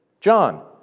John